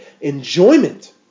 enjoyment